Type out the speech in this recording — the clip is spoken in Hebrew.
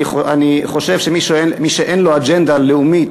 אני חושב שמי שאין לו אג'נדה לאומית